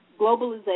globalization